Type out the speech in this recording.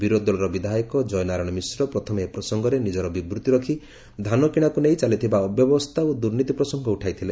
ବିରୋଧୀ ଦଳର ବିଧାୟକ ଜୟନାରାୟଣ ମିଶ୍ର ପ୍ରଥମେ ଏ ପ୍ରସଙ୍ଗରେ ନିଜର ବିବୃଭି ରଖ୍ ଧାନକିଶାକୁ ନେଇ ଚାଲିଥିବା ଅବ୍ୟବସ୍ଥା ଓ ଦୁର୍ନୀତି ପ୍ରସଙ୍ଗ ଉଠାଇଥିଲେ